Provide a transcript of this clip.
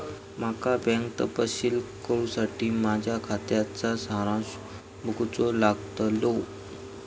माका बँक तपशील कळूसाठी माझ्या खात्याचा सारांश बघूचो लागतलो